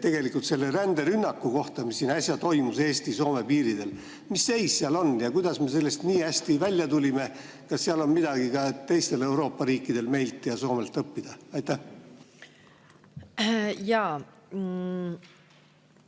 tegelikult selle ränderünnaku kohta, mis siin äsja toimus Eesti ja Soome piiril. Mis seis sellega on ja kuidas me sellest nii hästi välja tulime? Kas seal on midagi ka teistel Euroopa riikidel meilt ja Soomelt õppida? Jaa.